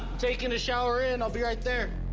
taking a shower in, i'll be right there